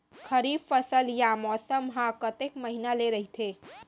खरीफ फसल या मौसम हा कतेक महिना ले रहिथे?